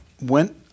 went